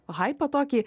haipą tokį